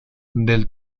del